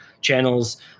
channels